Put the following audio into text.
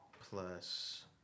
plus